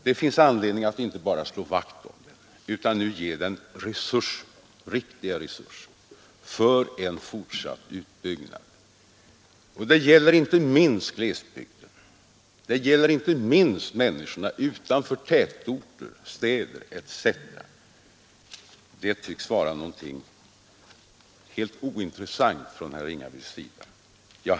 Det finns anledning inte bara att slå vakt om den utan också att ge den riktiga resurser för en fortsatt utbyggnad. Detta gäller inte minst människorna i glesbygden. Det tycks vara någonting helt ointressant för herr Ringaby.